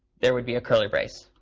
there would be a curly brace.